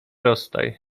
rozstaj